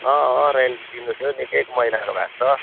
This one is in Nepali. अँ अँ रेन्ट दिनु थियो नि त्यही एक महिनाको भएको छ